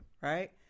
right